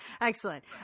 Excellent